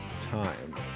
time